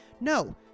No